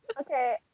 Okay